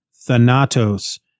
Thanatos